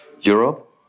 Europe